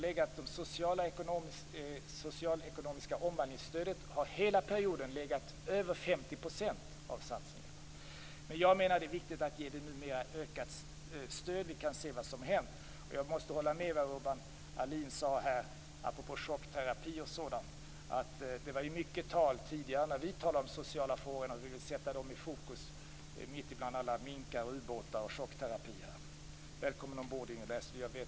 Det socialekonomiska omvandlingsstödet har hela perioden legat på över 50 % av satsningarna. Jag menar att det numera är viktigt att ge ökat stöd. Vi kan se vad som har hänt. Jag måste hålla med Urban Ahlin i vad han sade apropå chockterapi och sådant. Tidigare talade vi om att vi ville sätta de sociala frågorna i fokus mitt bland minkar, ubåtar och chockterapier. Välkommen ombord Inger Näslund!